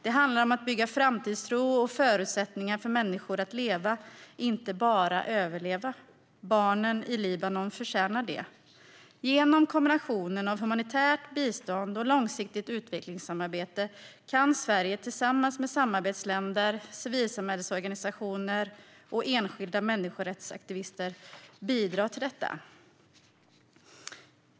Det handlar om att bygga framtidstro och förutsättningar för människor att leva, inte bara överleva. Barnen i Libanon förtjänar det. Genom kombinationen av humanitärt bistånd och långsiktigt utvecklingssamarbete kan Sverige tillsammans med samarbetsländer, civilsamhällesorganisationer och enskilda människorättsaktivister bidra till detta.